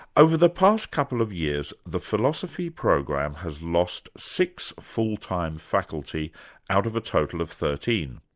over the past couple of years, the philosophy program has lost six full-time faculty out of a total of thirteen.